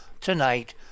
tonight